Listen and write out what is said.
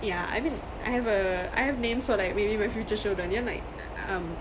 yeah I mean I have err I have names for like maybe my future children then like uh um